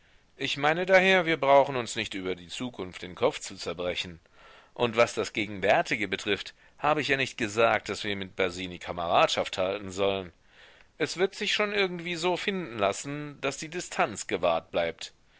ich meine daher wir brauchen uns nicht über die zukunft den kopf zu zerbrechen und was das gegenwärtige betrifft habe ich ja nicht gesagt daß wir mit basini kameradschaft halten sollen es wird sich schon irgendwie so finden lassen daß die distanz gewahrt bleibt